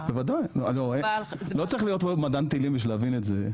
לא צריך להיות מדען טילים כדי להבין את זה,